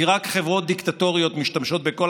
כי רק חברות דיקטטוריות משתמשות בכל